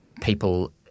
people